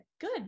Good